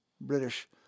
British